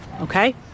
okay